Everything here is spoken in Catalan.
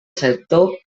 sector